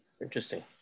Interesting